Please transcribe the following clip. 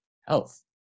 health